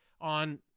on